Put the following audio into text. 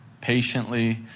patiently